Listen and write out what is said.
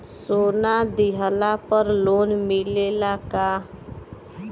सोना दिहला पर लोन मिलेला का?